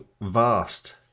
vast